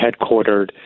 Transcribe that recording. headquartered